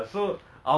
oh